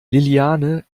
liliane